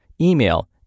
email